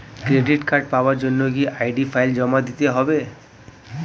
Credit card পাওয়ার জন্য কি আই.ডি ফাইল জমা দিতে হবে?